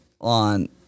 on